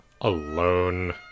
alone